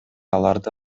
аларды